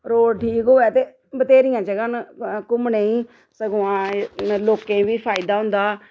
road ठीक होऐ ते बत्थेरियां जगह न घूमने ई सगुआं लोकें बी फायदा होंदा